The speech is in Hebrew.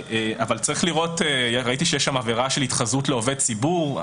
ראיתי שיש שם עבירה של התחזות לעובד ציבור.